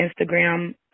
Instagram